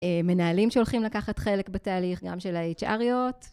מנהלים שהולכים לקחת חלק בתהליך גם של ה hrיות.